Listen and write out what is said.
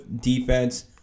defense